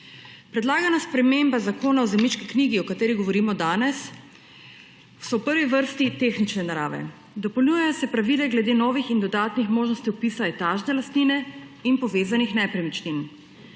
Predlagane spremembe Zakona o zemljiški knjigi, o katerih govorimo danes, so v prvi vrsti tehnične narave. Dopolnjujejo se pravila glede novih in dodatnih možnosti vpisa etažne lastnine in povezanih nepremičnin.